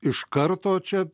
iš karto čia